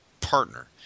partner